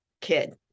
kid